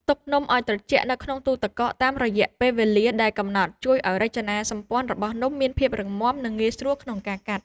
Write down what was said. ទុកនំឱ្យត្រជាក់នៅក្នុងទូទឹកកកតាមរយៈពេលវេលាដែលកំណត់ជួយឱ្យរចនាសម្ព័ន្ធរបស់នំមានភាពរឹងមាំ និងងាយស្រួលក្នុងការកាត់។